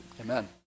amen